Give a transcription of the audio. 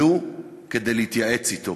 עלו כדי להתייעץ אתו.